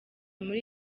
muri